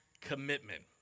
commitment